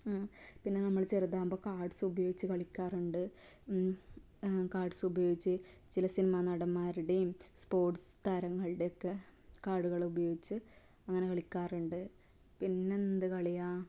പിന്നെ നമ്മൾ ചെറുതാകുമ്പോൾ കാർഡ്സ് ഉപയോഗിച്ച് കളിക്കാറുണ്ട് കാർഡ്സ് ഉപയോഗിച്ച് ചില സിനിമാ നടന്മാരുടെയും സ്പോർട്സ് താരങ്ങളുടെയൊക്കെ കാർഡുകളുപയോഗിച്ച് അങ്ങനെ കളിക്കാറുണ്ട് പിന്നെ എന്തു കളിയാ